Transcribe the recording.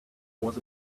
was